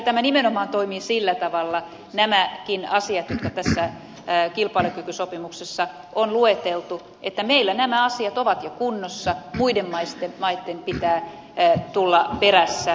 ja kyllähän nämäkin asiat jotka tässä kilpailukykysopimuksessa on lueteltu nimenomaan toimivat sillä tavalla että meillä nämä asiat ovat jo kunnossa ja muiden maitten pitää tulla perässä